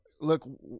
look